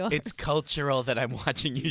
it's cultural that i'm watching